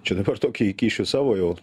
čia dabar tokį įkišiu savo jau